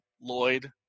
lloyd